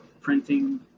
printing